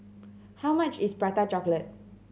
how much is Prata Chocolate